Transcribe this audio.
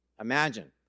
Imagine